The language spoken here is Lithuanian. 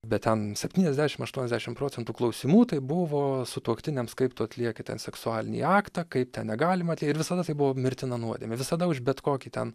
bet ten septyniasdešim aštuoniasdešim procentų klausimų tai buvo sutuoktiniams kaip tu atlieki tą seksualinį aktą kaip ten negalima ir visada tai buvo mirtina nuodėmė visada už bet kokį ten